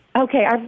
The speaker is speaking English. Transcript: Okay